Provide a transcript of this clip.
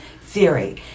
theory